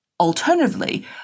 Alternatively